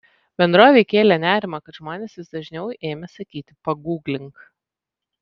bendrovei kėlė nerimą kad žmonės vis dažniau ėmė sakyti paguglink